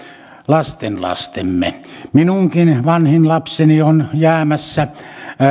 lastenlastemme minunkin vanhin lapseni on jäämässä jo